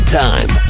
time